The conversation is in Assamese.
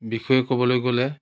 বিষয়ে ক'বলৈ গ'লে